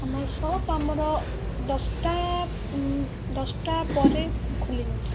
ଆମର ସପ୍ ଆମର ଦଶଟା ଦଶଟା ପରେ ଖୋଲିଯାଉଛି